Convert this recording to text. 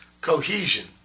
Cohesion